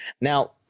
Now